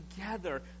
together